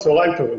צהרים טובים.